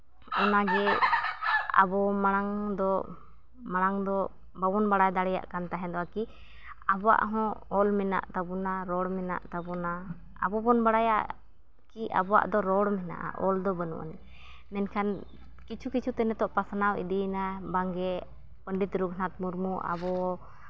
ᱚᱱᱟᱜᱮ ᱟᱵᱚ ᱢᱟᱲᱟᱝ ᱫᱚ ᱢᱟᱲᱟᱝ ᱫᱚ ᱵᱟᱵᱚᱱ ᱵᱟᱲᱟᱭ ᱫᱟᱲᱮᱭᱟᱜ ᱠᱟᱱ ᱛᱟᱦᱮᱸ ᱫᱚ ᱠᱤ ᱟᱵᱚᱣᱟᱜ ᱦᱚᱸ ᱚᱞ ᱢᱮᱱᱟᱜ ᱛᱟᱵᱚᱱᱟ ᱨᱚᱲ ᱢᱮᱱᱟᱜ ᱛᱟᱵᱚᱱᱟ ᱟᱵᱚᱵᱚᱱ ᱵᱟᱲᱟᱭᱟ ᱠᱤ ᱟᱵᱚᱣᱟᱜ ᱫᱚ ᱨᱚᱲ ᱢᱮᱱᱟᱜᱼᱟ ᱚᱞ ᱫᱚ ᱵᱟᱹᱱᱩᱜ ᱟᱹᱱᱤᱡ ᱢᱮᱱᱠᱷᱟᱱ ᱠᱤᱪᱷᱩ ᱠᱤᱪᱷᱩᱛᱮ ᱱᱤᱛᱚᱜ ᱯᱟᱥᱱᱟᱣ ᱤᱫᱤᱭᱮᱱᱟ ᱵᱟᱝ ᱜᱮ ᱯᱚᱱᱰᱤᱛ ᱨᱚᱜᱷᱩᱱᱟᱛᱷ ᱢᱩᱨᱢᱩ ᱟᱵᱚ